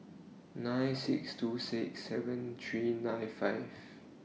nine six two six seven three nine five